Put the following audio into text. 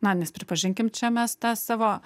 na nes pripažinkim čia mes tą savo